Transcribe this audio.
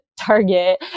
Target